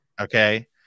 Okay